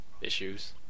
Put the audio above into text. issues